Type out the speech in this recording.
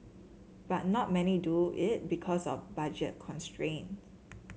but not many do it because of budget constraints